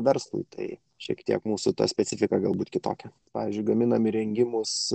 verslui tai šiek tiek mūsų ta specifika galbūt kitokia pavyzdžiui gaminame įrengimus